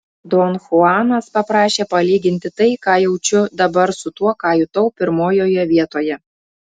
don chuanas paprašė palyginti tai ką jaučiu dabar su tuo ką jutau pirmojoje vietoje